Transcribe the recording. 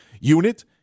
unit